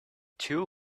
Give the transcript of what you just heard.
two